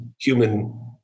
human